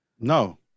No